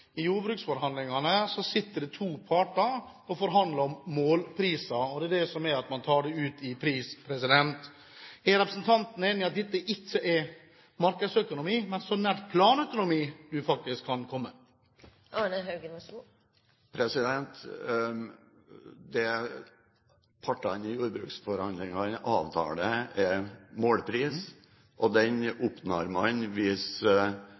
I jordbruksforhandlingene sitter det to parter og forhandler om målpriser. Det betyr at en tar det ut i pris. Er representanten enig i at dette ikke er markedsøkonomi, men så nært planøkonomi en faktisk kan komme? Det partene i jordbruksforhandlingene avtaler, er målpris, og den oppnår man hvis